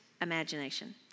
imagination